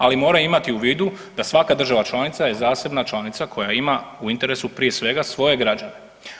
Ali mora imati u vidu da svaka država članica je zasebna članica koja ima u interesu prije svega svoje građane.